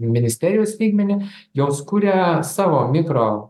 ministerijos lygmenį jos kuria savo mikro